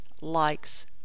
likes